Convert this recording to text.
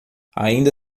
ainda